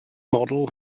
model